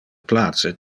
place